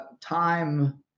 time